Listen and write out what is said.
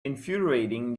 infuriating